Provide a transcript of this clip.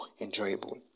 enjoyable